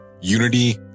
unity